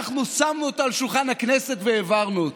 אנחנו שמנו אותו על שולחן הכנסת והעברנו אותו.